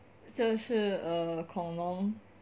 这是 err 恐龙